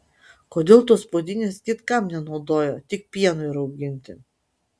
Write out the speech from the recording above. kodėl tos puodynės kitkam nenaudojo tik pienui rauginti